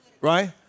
Right